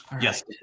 yes